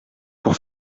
pour